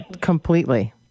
Completely